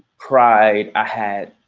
pride i had,